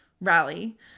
Rally